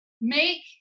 make